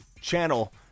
channel